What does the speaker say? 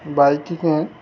বাইকিংয়ে